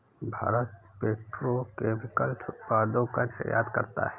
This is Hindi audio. भारत पेट्रो केमिकल्स उत्पादों का निर्यात करता है